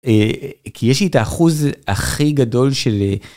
כי יש לי את האחוז הכי גדול של...